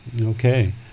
okay